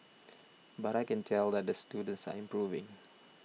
but I can tell that the students are improving